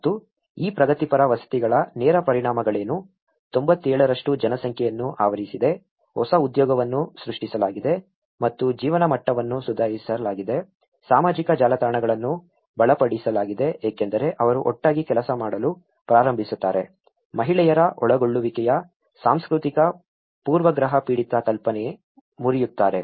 ಮತ್ತು ಈ ಪ್ರಗತಿಪರ ವಸತಿಗಳ ನೇರ ಪರಿಣಾಮಗಳೇನು 97 ಜನಸಂಖ್ಯೆಯನ್ನು ಆವರಿಸಿದೆ ಹೊಸ ಉದ್ಯೋಗವನ್ನು ಸೃಷ್ಟಿಸಲಾಗಿದೆ ಮತ್ತು ಜೀವನಮಟ್ಟವನ್ನು ಸುಧಾರಿಸಲಾಗಿದೆ ಸಾಮಾಜಿಕ ಜಾಲತಾಣಗಳನ್ನು ಬಲಪಡಿಸಲಾಗಿದೆ ಏಕೆಂದರೆ ಅವರು ಒಟ್ಟಾಗಿ ಕೆಲಸ ಮಾಡಲು ಪ್ರಾರಂಭಿಸುತ್ತಾರೆ ಮಹಿಳೆಯರ ಒಳಗೊಳ್ಳುವಿಕೆಯ ಸಾಂಸ್ಕೃತಿಕ ಪೂರ್ವಗ್ರಹ ಪೀಡಿತ ಕಲ್ಪನೆ ಮುರಿಯುತ್ತಾರೆ